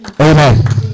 Amen